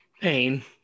pain